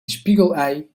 spiegelei